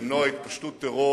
למנוע התפשטות טרור